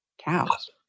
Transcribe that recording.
Cows